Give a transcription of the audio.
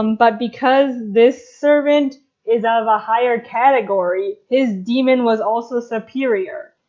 um but because this servant is of a higher category his demon was also superior,